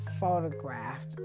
photographed